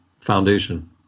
foundation